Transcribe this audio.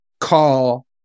call